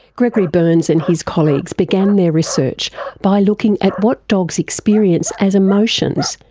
gregory berns and his colleagues began their research by looking at what dogs experience as emotions,